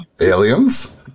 aliens